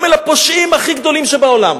גם אל הפושעים הכי גדולים שבעולם,